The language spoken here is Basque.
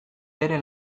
bere